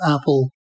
Apple